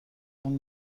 اون